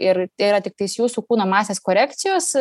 ir tai yra tiktais jūsų kūno masės korekcijos